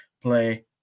play